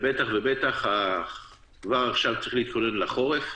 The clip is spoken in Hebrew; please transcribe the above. ובטח ובטח כבר עכשיו צריך להתכונן לחורף,